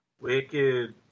Wicked